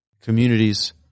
communities